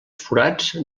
forats